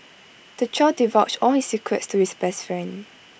the child divulged all his secrets to his best friend